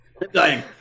dying